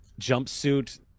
jumpsuit